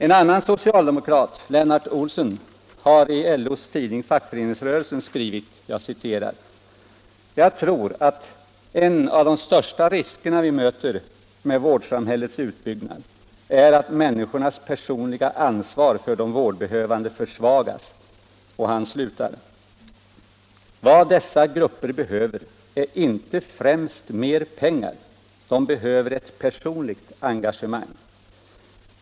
En annan socialdemokrat, Lennart Olsen, har i LO:s tidning Fackföreningsrörelsen skrivit: Jag tror att en av de största riskerna vi möter med vårdsamhällets utbyggnad är att människornas personliga ansvar för de vårdbehövande försvagas. Vad dessa grupper behöver är inte främst mer pengar, de behöver ett engagemang, slutar han.